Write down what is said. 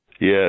Yes